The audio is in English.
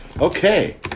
Okay